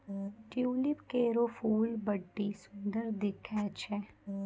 tulip केरो फूल बड्डी सुंदर दिखै छै